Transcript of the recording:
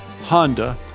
Honda